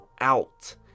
out